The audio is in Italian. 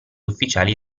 ufficiali